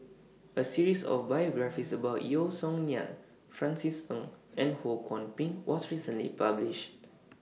A series of biographies about Yeo Song Nian Francis Ng and Ho Kwon Ping was recently published